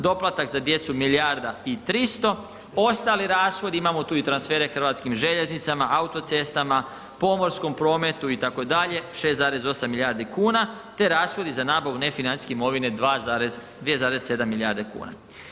Doplatak za djecu milijarda i 300, ostali rashodi, imamo i tu transfere Hrvatskim željeznicama, autocestama, pomorskom prometu, itd., 6,8 milijardi kuna te rashodi za nabavu nefinancijske imovine 2,7 milijarde kuna.